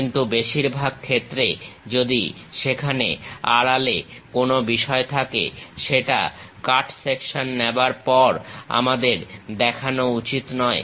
কিন্তু বেশিরভাগ ক্ষেত্রে যদি সেখানে আড়ালে কোন বিষয় থাকে সেটা কাটসেকশন নেবার পর আমাদের দেখানো উচিত নয়